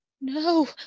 No